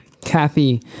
Kathy